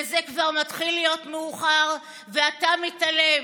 וזה כבר מתחיל להיות מאוחר, ואתה מתעלם.